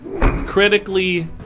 critically